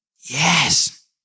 yes